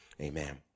Amen